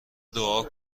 دعا